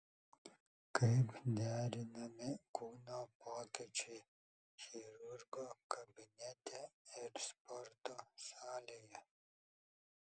kaip derinami kūno pokyčiai chirurgo kabinete ir sporto salėje